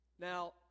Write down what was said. Now